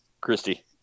Christy